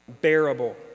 bearable